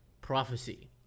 prophecy